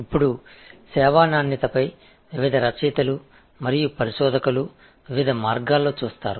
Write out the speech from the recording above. இப்போது சர்வீஸ் க்வாலிடியை வெவ்வேறு ஆசிரியர்கள் மற்றும் ஆராய்ச்சியாளர்கள் வெவ்வேறு வழிகளில் பார்த்துள்ளனர்